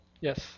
yes